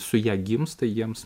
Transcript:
su ja gimsta jiems